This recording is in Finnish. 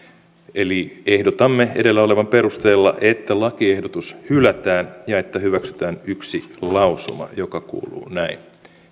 eli ehdotamme edellä olevan perusteella että lakiehdotus hylätään ja että hyväksytään yksi lausuma joka kuuluu näin